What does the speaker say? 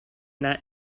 that